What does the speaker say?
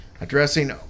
Addressing